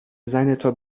زنتو